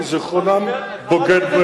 כי זיכרונם בוגד בהם תמיד.